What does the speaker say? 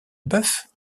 bœuf